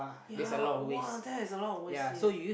ya that is a lot of wastage